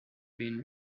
been